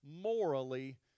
morally